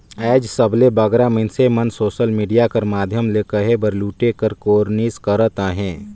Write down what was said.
आएज सबले बगरा मइनसे मन सोसल मिडिया कर माध्यम ले कहे बर लूटे कर कोरनिस करत अहें